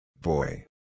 boy